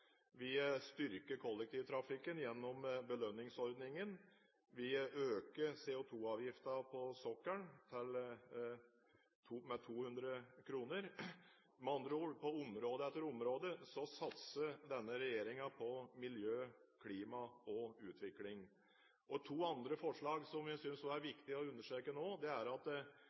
Vi styrker kollektivtrafikken gjennom belønningsordningen. Vi øker CO2-avgiften på sokkelen med 200 kr. Med andre ord: På område etter område satser denne regjeringen på miljø, klima og utvikling. To andre forslag som vi synes var viktige å understreke nå, er at